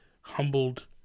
humbled